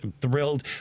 thrilled